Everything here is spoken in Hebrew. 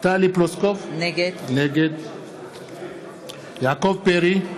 טלי פלוסקוב, נגד יעקב פרי,